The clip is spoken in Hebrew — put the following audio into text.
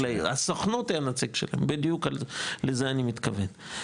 הסוכנות היא הנציג שלהם, בדיוק לזה אני מתכוון.